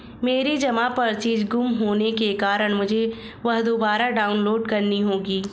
मेरी जमा पर्ची गुम होने के कारण मुझे वह दुबारा डाउनलोड करनी होगी